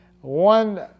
One